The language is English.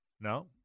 no